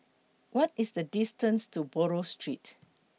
What IS The distance to Buroh Street